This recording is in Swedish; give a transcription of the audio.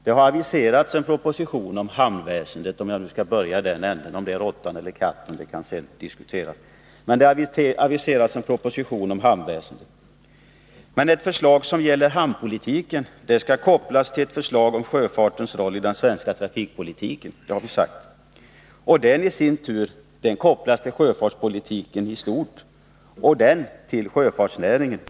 Det har aviserats en proposition om hamnväsendet, om jag nu skall börja i den ändan — om det är katten eller råttan kan diskuteras. Men det aviseras alltså en proposition om hamnväsendet. Ett förslag som gäller hamnpolitiken skall emellertid kopplas till ett förslag om sjöfartens roll i den svenska trafikpolitiken. Den i sin tur skall kopplas till sjöfartspolitiken i stort och den till sjöfartsnäringen.